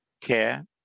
care